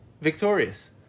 victorious